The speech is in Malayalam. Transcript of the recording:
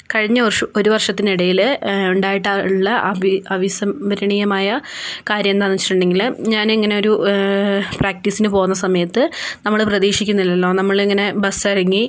കഴിഞ്ഞ ഒരു വർഷത്തിനിടയില് ഉണ്ടായിട്ടുള്ള അവിസ്മരണീയമായ കാര്യമെന്താണെന്ന് വെച്ചിട്ടുണ്ടെങ്കില് ഞാനിങ്ങനെയൊരു പ്രാക്ടീസിന് പോകുന്ന സമയത്ത് നമ്മള് പ്രതീക്ഷിക്കുന്നില്ലല്ലോ നമ്മളിങ്ങനെ ബസ്സിറങ്ങി